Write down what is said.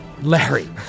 Larry